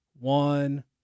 one